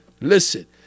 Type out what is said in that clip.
listen